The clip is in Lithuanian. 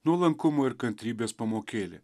nuolankumo ir kantrybės pamokėlė